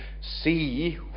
see